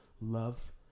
love